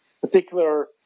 particular